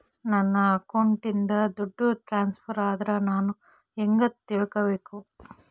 ನನ್ನ ಅಕೌಂಟಿಂದ ದುಡ್ಡು ಟ್ರಾನ್ಸ್ಫರ್ ಆದ್ರ ನಾನು ಹೆಂಗ ತಿಳಕಬೇಕು?